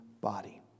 body